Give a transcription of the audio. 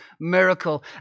miracle